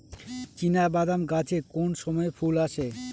চিনাবাদাম গাছে কোন সময়ে ফুল আসে?